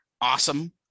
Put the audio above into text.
awesome